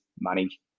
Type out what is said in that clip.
money